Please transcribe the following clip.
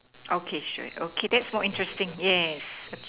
okay sure okay that's more interesting yes